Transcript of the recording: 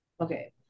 Okay